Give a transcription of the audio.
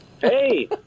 Hey